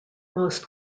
most